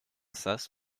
sas